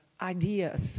ideas